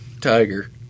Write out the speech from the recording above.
tiger